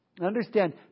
Understand